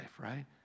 Right